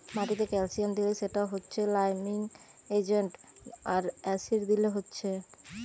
মাটিতে ক্যালসিয়াম দিলে সেটা হচ্ছে লাইমিং এজেন্ট আর অ্যাসিড দিলে হচ্ছে